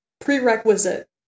Prerequisite